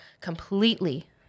completely